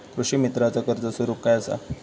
कृषीमित्राच कर्ज स्वरूप काय असा?